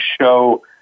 show